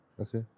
Okay